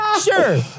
sure